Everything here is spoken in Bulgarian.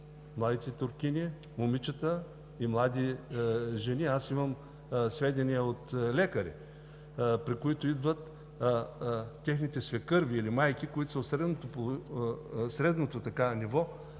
младите туркини, момичета и млади жени. Имам сведения от лекари, при които идват техните свекърви или майки, които са от средното ниво